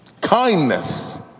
Kindness